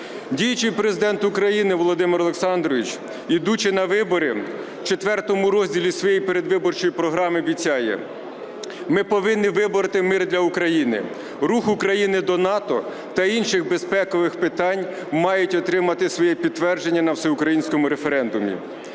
Діючий Президент України Володимир Олександрович, йдучи на вибори, в четвертому розділі своєї передвиборчої програми обіцяє: "Ми повинні вибороти мир для України. Рух України до НАТО та інших безпекових питань мають отримати своє підтвердження на всеукраїнському референдумі".